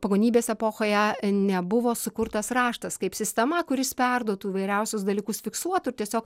pagonybės epochoje nebuvo sukurtas raštas kaip sistema kuris perduotų įvairiausius dalykus fiksuotų ir tiesiog